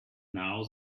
now